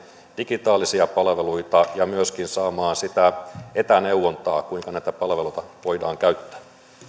digitaalisia palveluita ja myöskin saamaan sitä etäneuvontaa kuinka näitä palveluita voidaan käyttää